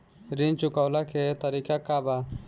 ऋण चुकव्ला के तरीका का बा?